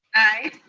aye.